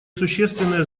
существенное